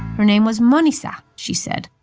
her name was manisha, she said